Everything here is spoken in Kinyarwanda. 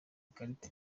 ikarita